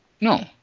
No